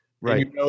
Right